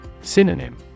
Synonym